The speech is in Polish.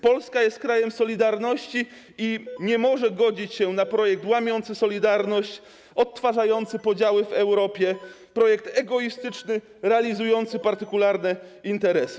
Polska jest krajem solidarności i nie może godzić się na projekt łamiący solidarność, odtwarzający podziały w Europie, projekt egoistyczny, realizujący partykularne interesy.